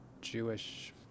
Jewish